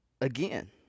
Again